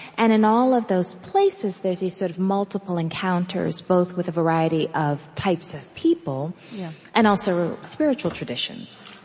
and in all of those places, there's these sort of multiple encounters, both with a variety of types of people and, also, spiritual traditions